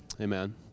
Amen